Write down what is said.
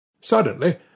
Suddenly